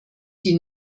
die